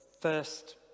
first